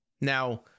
now